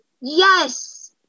yes